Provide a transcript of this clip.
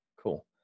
Cool